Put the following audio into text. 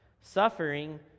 Suffering